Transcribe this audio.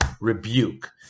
rebuke